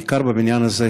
בעיקר בבניין הזה,